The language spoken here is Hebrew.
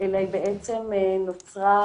אלא נוצרה